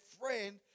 friend